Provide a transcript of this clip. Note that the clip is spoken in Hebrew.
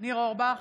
ניר אורבך,